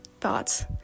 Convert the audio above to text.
thoughts